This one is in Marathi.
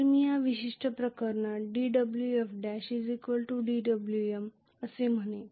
तर मी या विशिष्ट प्रकरणात dWf ' dWm असे म्हणेन